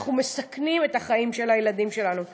אנחנו מסכנים את החיים של הילדים שלנו.